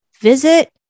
Visit